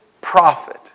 prophet